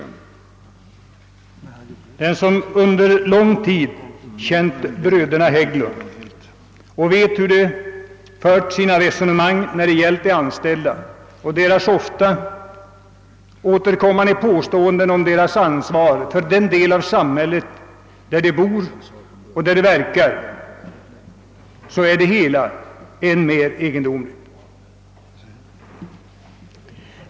För den som under lång tid känt bröderna Hägglund och vet hur de fört sina resonemang när det gällt de anställda och brödernas ofta återkommande påstående om sitt ansvar för den del av samhället där de bor och verkar är det hela än mer egendomligt.